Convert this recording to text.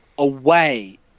away